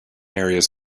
areas